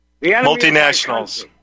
Multinationals